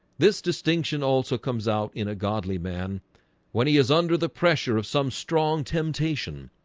this distinction also comes out in a godly man when he is under the pressure of some strong temptation